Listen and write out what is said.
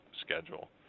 schedule